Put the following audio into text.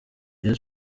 rayon